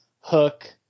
Hook